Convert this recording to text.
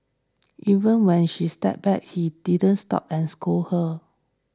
even when she stepped back he didn't stop and scold her